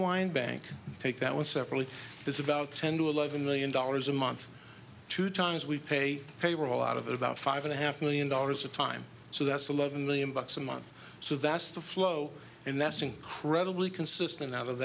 wind bank take that one separately is about ten to eleven million dollars a month two times we pay payroll out of about five and a half million dollars of time so that's eleven million bucks a month so that's the flow and that's incredibly consistent out of